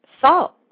salt